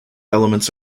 elements